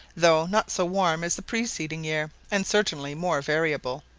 though not so warm as the preceding year, and certainly more variable.